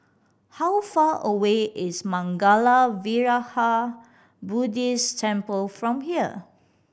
how far away is Mangala Vihara Buddhist Temple from here